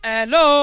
Hello